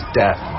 death